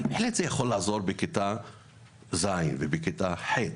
אבל בהחלט יכולה לעזור בכיתות ז׳, ח׳.